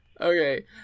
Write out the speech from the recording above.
okay